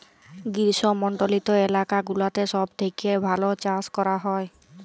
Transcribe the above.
গ্রীস্মমন্ডলিত এলাকা গুলাতে সব থেক্যে ভাল চাস ক্যরা হ্যয়